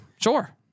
Sure